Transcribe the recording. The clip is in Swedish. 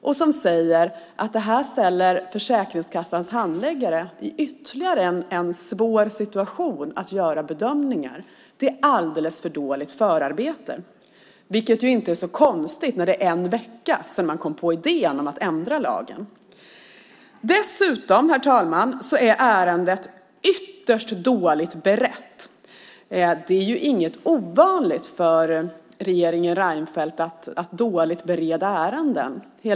Och man säger att detta försätter Försäkringskassans handläggare i ännu en svår situation när de ska göra bedömningar. Det är alldeles för dåligt förarbete, vilket ju inte är så konstigt när det är en vecka sedan man kom på idén om att ändra lagen. Dessutom är ärendet ytterst dåligt berett. Det är inget ovanligt för regeringen Reinfeldt att ärenden är dåligt beredda.